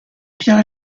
pierre